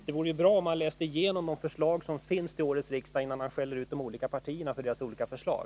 Det är bra om man läser igenom de förslag som ställts till årets riksdag, innan man skäller ut de olika partierna för deras uppfattningar.